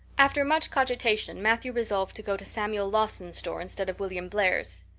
after much cogitation matthew resolved to go to samuel lawson's store instead of william blair's.